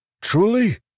Truly